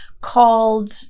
called